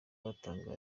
batanga